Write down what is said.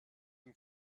dem